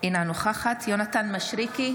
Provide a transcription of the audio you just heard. אינה משתתפת בהצבעה יונתן מישרקי,